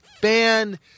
fan